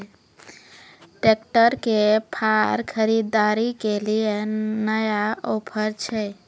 Tractor के फार खरीदारी के लिए नया ऑफर छ?